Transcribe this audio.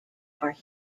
are